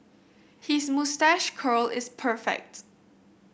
his moustache curl is perfect